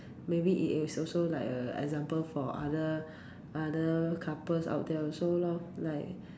maybe it is also like a example for other other couples out there also lor like